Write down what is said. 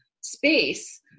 space